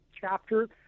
chapter